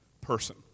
person